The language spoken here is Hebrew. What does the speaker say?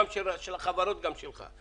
גם של החברות וגם שלך.